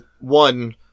one